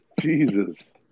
Jesus